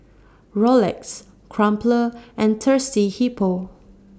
Rolex Crumpler and Thirsty Hippo